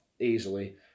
Easily